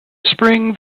spring